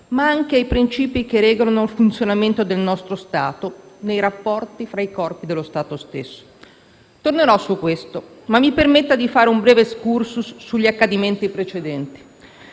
ma anche dei principi che regolano il funzionamento del nostro Stato nei rapporti tra i corpi dello Stato stesso. Tornerò su questo, ma mi permetta di fare un breve *excursus* sugli accadimenti precedenti.